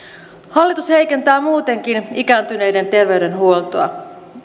hallitus heikentää muutenkin ikääntyneiden terveydenhuoltoa